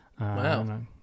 wow